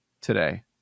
today